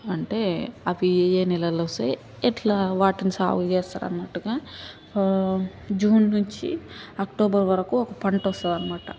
అంటే అవి ఏ నెలలో వస్తాయి ఎట్లా వాటిని సాగుచేస్తారు అన్నట్టుగా ఆ జూన్ నుంచి అక్టోబర్ వరకు ఒక పంట వస్తుంది అనమాట